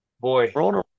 Boy